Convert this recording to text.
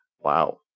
Wow